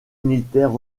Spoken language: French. unitaires